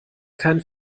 keinen